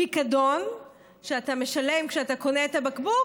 פיקדון שאתה משלם כשאתה קונה את הבקבוק